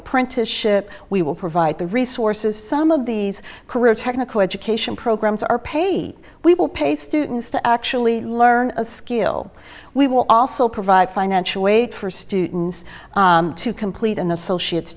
apprenticeship we will provide the resources some of these career technical education programs are paid we will pay students to actually learn a skill we will also provide financial wait for students to complete an associate